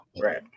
right